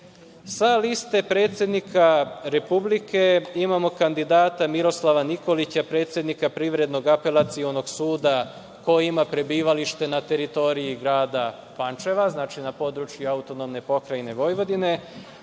liste predsednika Republike imamo kandidata Miroslava Nikolića, predsednika Privrednog apelacionog suda, koji ima prebivalište na teritoriji grada Pančeva, znači, na području AP Vojvodine,